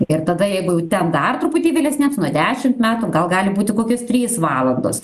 ir tada jeigu jau ten dar truputį vėlesnėms nuo dešimt metų gal gali būti kokios trys valandos